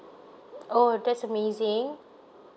oh that's amazing